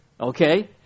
okay